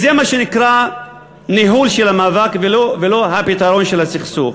זה ניהול של המאבק ולא פתרון הסכסוך.